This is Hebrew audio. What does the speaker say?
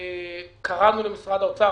קראנו למשרד האוצר.